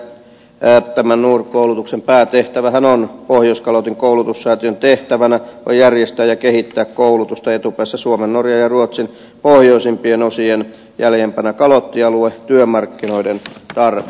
tämän nord koulutuksen pohjoiskalotin koulutussäätiön tehtävänä on järjestää ja kehittää koulutusta etupäässä suomen norjan ja ruotsin pohjoisimpien osien jäljempänä kalottialue työmarkkinoiden tarpeisiin